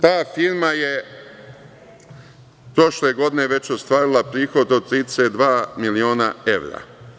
Ta firma je prošle godine već ostvarila prihod od 32 miliona evra.